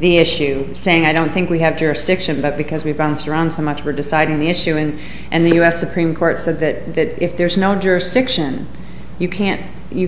the issue saying i don't think we have jurisdiction but because we bounced around so much for deciding the issue in and the u s supreme court said that if there's no jurisdiction you can't you